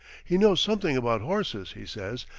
he knows something about horses, he says,